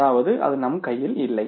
அதாவது அது நம் கையில் இல்லை